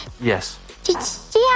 Yes